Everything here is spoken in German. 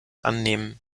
annehmen